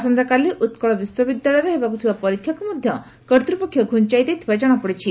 ଆସନ୍ତାକାଲି ଉକ୍କଳ ବିଶ୍ୱବିଦ୍ୟାଳୟରେ ହେବାକୁ ଥିବା ପରୀକ୍ଷାକୁ ମଧ୍ଧ କର୍ତ୍ତୂପକ୍ଷ ଘୁଞାଇ ଦେଇଥିବା ଜଣାପଡିଛି